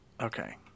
Okay